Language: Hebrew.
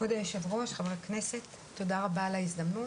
היו"ר חברי הכנסת, תודה רבה על ההזדמנות.